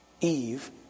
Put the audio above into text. Eve